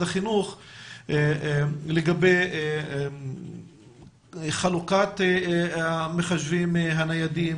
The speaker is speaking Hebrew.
החינוך לגבי חלוקת המחשבים הניידים,